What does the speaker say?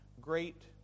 great